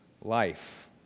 life